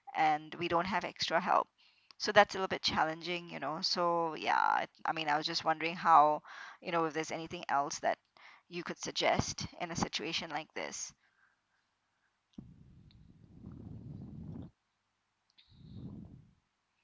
and we don't have extra help so that's a little bit challenging you know so ya I I mean I was just wondering how you know if there's anything else that you could suggest in a situation like this